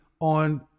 on